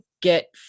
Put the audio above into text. get